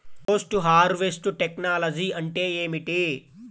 Post harvest technology అంటే ఏమిటి?